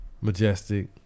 Majestic